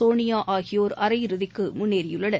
சோனியாஆகியோர் அரையிறுதிக்குமுன்னேறியுள்ளனர்